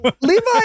Levi